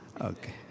Okay